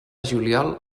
juliol